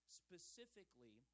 specifically